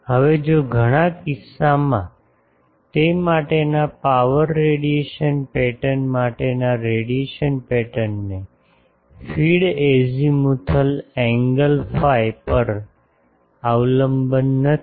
હવે જો ઘણા કિસ્સાઓમાં તે માટેના પાવર રેડિયેશન પેટર્ન માટેના રેડિયેશન પેટર્નને ફીડ અજિમુથલ એન્ગલ ફાઇ પર અવલંબન નથી